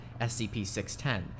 scp-610